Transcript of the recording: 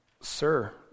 Sir